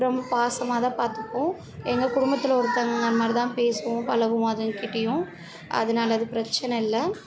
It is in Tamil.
ரொம்ப பாசமாக தான் பார்த்துப்போம் எங்கள் குடும்பத்தில் ஒருத்தங்க மாதிரிதான் பேசுவோம் பழகுவோம் அதுங்கக்கிட்டேயும் அதனால அது பிரச்சனை இல்லை